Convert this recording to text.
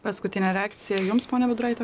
paskutinė reakcija jums ponia budraite